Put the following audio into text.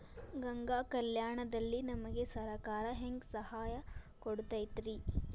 ಗಂಗಾ ಕಲ್ಯಾಣ ದಲ್ಲಿ ನಮಗೆ ಸರಕಾರ ಹೆಂಗ್ ಸಹಾಯ ಕೊಡುತೈತ್ರಿ?